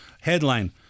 headline